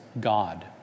God